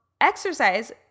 exercise